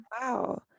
wow